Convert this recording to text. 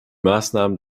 maßnahmen